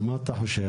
מה אתה חושב?